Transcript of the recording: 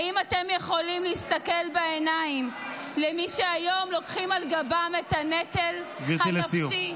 האם אתם יכולים להסתכל בעיניים למי שהיום לוקחים על גבם את הנטל הנפשי,